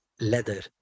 leather